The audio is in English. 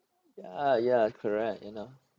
ya ya correct you know